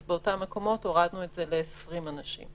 אז באותם מקומות הורדנו את זה ל-20 אנשים.